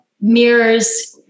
mirrors